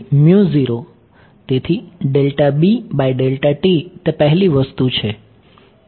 તેથી તે પહેલી વસ્તુ છે